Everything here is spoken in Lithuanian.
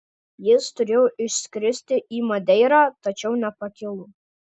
jis turėjo išskristi į madeirą tačiau nepakilo